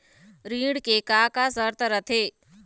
ऋण के का का शर्त रथे?